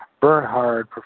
Bernhard